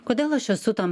kodėl aš esu tam